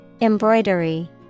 Embroidery